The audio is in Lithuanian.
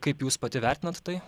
kaip jūs pati vertinat tai